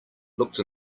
looked